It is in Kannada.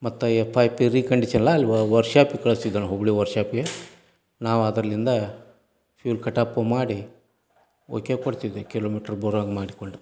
ಮತ್ತು ಎಫ್ ಐ ಪಿ ರೀಕಂಡಿಷನೆಲ್ಲ ಅಲ್ಲಿ ವರ್ಷಾಪಿಗೆ ಕಳ್ಸ್ತಿದ್ವ್ ನಾವು ಹುಬ್ಬಳ್ಳಿ ವರ್ಷಾಪಿಗೆ ನಾವು ಅದರಿಂದ ಫ್ಯುಲ್ ಕಟ್ಅಪ್ಪು ಮಾಡಿ ಓಕೆ ಕೊಡ್ತಿದ್ವಿ ಕಿಲೋಮೀಟ್ರು ಬರೋ ಹಂಗೆ ಮಾಡಿಕೊಂಡು